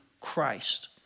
Christ